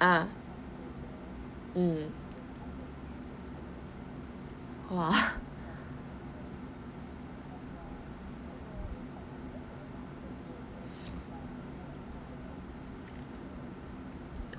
ah mm !wah!